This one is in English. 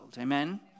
Amen